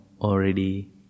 already